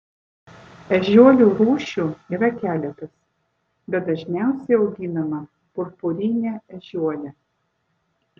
ežiuolių rūšių yra keletas bet dažniausiai auginama purpurinė ežiuolė